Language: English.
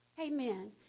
Amen